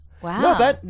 Wow